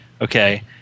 Okay